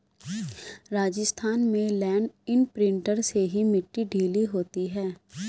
राजस्थान में land imprinter से ही मिट्टी ढीली होती है